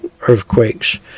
earthquakes